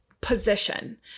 position